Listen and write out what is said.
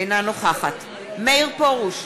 אינה נוכחת מאיר פרוש,